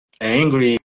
angry